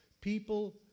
people